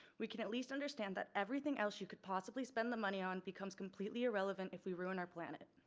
we can at least understand that everything else you could possibly spend the money on becomes completely irrelevant if we ruin our planet.